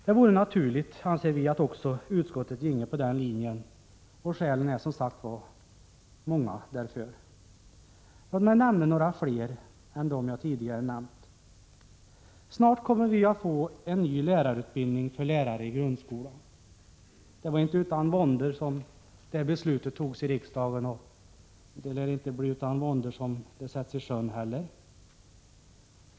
Det vore naturligt om också utskottet ginge på den linjen, och skälen är som sagt många. Låt mig nämna några fler än dem jag tidigare tagit upp. Snart kommer vi att få en ny lärarutbildning för lärare i grundskolan. Det varinte utan våndor som beslutet fattades i riksdagen, och det lär inte bli utan våndor som det hela sätts i sjön heller.